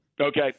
Okay